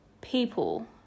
people